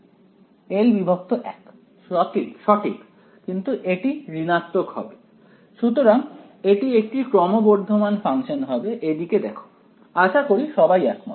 ছাত্র l1 সঠিক কিন্তু এটি ধনাত্মক হবে সুতরাং এটি একটি ক্রমবর্ধমান ফাংশান হবে এদিকে দেখো আশা করি সবাই একমত